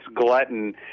glutton